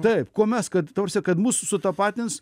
taip kuo mes kad ta prasme kad mus sutapatins